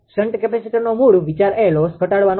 shunt કેપેસિટરનો મૂળ વિચાર એ લોસ ઘટાડવાનો છે